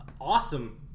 awesome